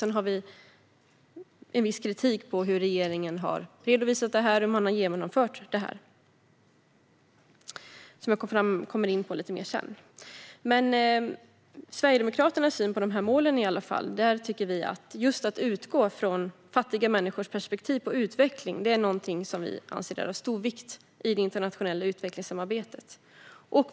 Sedan har vi viss kritik mot hur regeringen har redovisat det här och hur man har genomfört det. Jag kommer in lite mer på det sedan. När det gäller Sverigedemokraternas syn på de här målen tycker vi att just att utgå från fattiga människors perspektiv på utveckling är av stor vikt inom det internationella utvecklingssamarbetet.